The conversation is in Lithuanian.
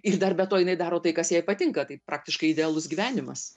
ir dar be to jinai daro tai kas jai patinka tai praktiškai idealus gyvenimas